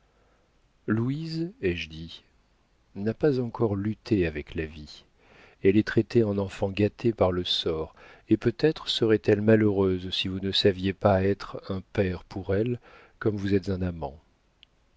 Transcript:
louise lui ai-je dit n'a pas encore lutté avec la vie elle est traitée en enfant gâté par le sort et peut-être serait-elle malheureuse si vous ne saviez pas être un père pour elle comme vous êtes un amant